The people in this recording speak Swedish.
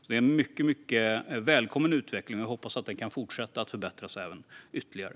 Det är en mycket välkommen utveckling, och jag hoppas att detta kan förbättras ytterligare.